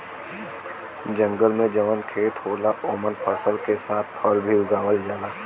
जंगल में जौन खेत होला ओमन फसल के साथ फल भी उगावल जाला